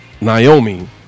Naomi